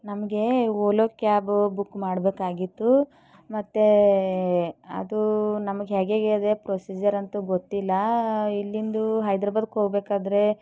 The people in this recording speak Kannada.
ನಮಗೆ ಓಲೋ ಕ್ಯಾಬು ಬುಕ್ ಮಾಡಬೇಕಾಗಿತ್ತು ಮತ್ತೆ ಅದು ನಮಗೆ ಹೇಗಾಗಿದೆ ಪ್ರೋಸಿಜರ್ ಅಂತೂ ಗೊತ್ತಿಲ್ಲ ಇಲ್ಲಿಂದ ಹೈದ್ರಾಬಾದಿಗೆ ಹೋಗಬೇಕಾದ್ರೆ